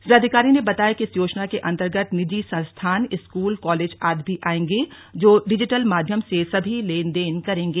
जिलाधिकारी ने बताया कि इस योजना के अन्तर्गत निजी संस्थान स्कूल कालेज आदि भी आयेंगे जो डिजीटल माध्यम से सभी लेनदेन करेंगे